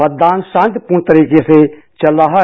मतदान शांतिपूर्ण तरीके से चल रहा है